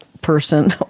person